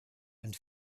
and